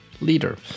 leader